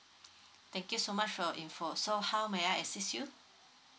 thank you so much for your info so how may I assist you?